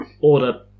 order